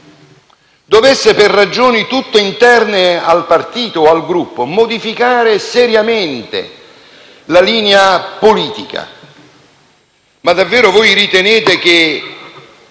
dovesse, per ragioni tutte interne al partito o al Gruppo, modificare seriamente la linea politica, davvero voi ritenete che